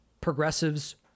progressives